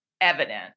evident